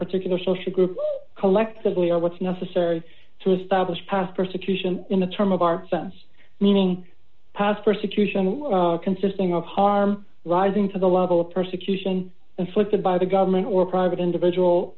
particular social group collectively are what's necessary to establish past persecution in the term of our sense meaning past persecution consisting of harm rising to the level of persecution inflicted by the government or private individual